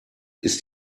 ist